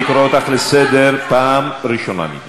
אני קורא אותך לסדר פעם ראשונה,